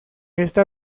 esta